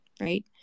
right